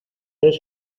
tres